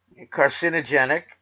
carcinogenic